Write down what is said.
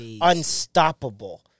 unstoppable